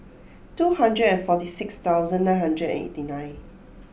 two hundred and forty six thousand nine hundred and eighty nine